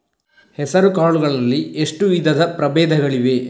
ಹೆಸರುಕಾಳು ಗಳಲ್ಲಿ ಎಷ್ಟು ವಿಧದ ಪ್ರಬೇಧಗಳಿವೆ?